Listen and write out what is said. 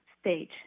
stage